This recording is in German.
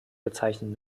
bezeichnen